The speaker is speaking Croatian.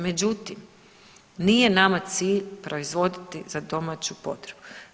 Međutim, nije nama cilj proizvoditi za domaću potrebu.